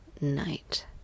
night